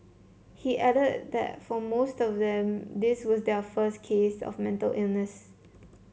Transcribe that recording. he added that for most of them this was their first case of mental illness